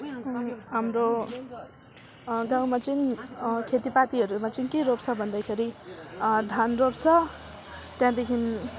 हाम्रो गाउँमा चाहिँ खेतीपातीहरूमा चाहिँ के रोप्छ भन्दाखेरि धान रोप्छ त्यहाँदेखि